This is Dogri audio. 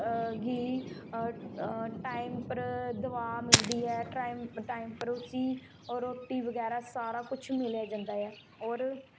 गी टाइम उपर दबाइयां मिलदी ना टाइम उपर उसी ओह् रुट्टै बगेरा सारा कुछ मिली जंदा ऐ और